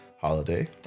holiday